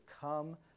come